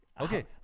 Okay